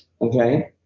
okay